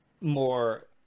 more